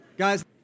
Guys